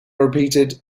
repeated